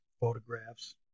photographs